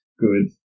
good